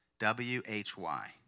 W-H-Y